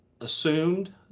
assumed